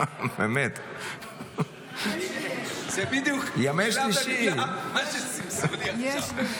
זה בדיוק מה שסימסו לי עכשיו.